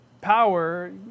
Power